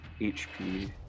HP